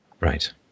Right